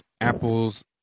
apples